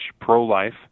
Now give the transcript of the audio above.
pro-life